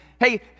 hey